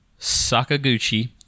Sakaguchi